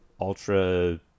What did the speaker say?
ultra